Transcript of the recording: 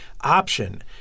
option